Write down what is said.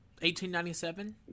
1897